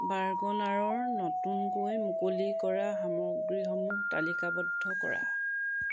বাৰ্গনাৰৰ নতুনকৈ মুকলি কৰা সামগ্ৰীসমূহ তালিকাবদ্ধ কৰা